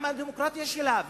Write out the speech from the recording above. מה עם הדמוקרטיה שלה?